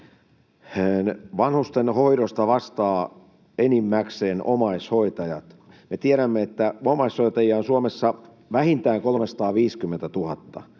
Vanhustenhoidosta vastaavat enimmäkseen omaishoitajat. Me tiedämme, että omaishoitajia on Suomessa vähintään 350 000